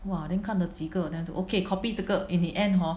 !wah! then 看了几个 then 就 okay copy 这个 in the end hor